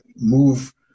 move